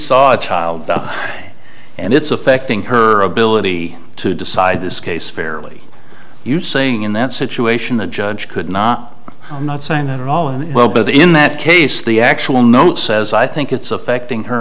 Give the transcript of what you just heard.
saw a child and it's affecting her ability to decide this case fairly you saying in that situation the judge could not not saying that all is well but in that case the actual note says i think it's affecting her